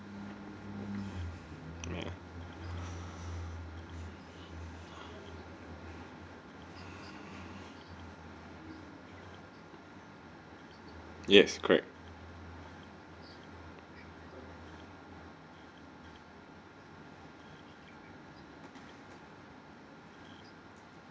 ya yes correct